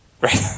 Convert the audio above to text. right